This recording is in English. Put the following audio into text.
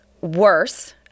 worse